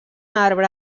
arbre